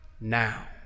now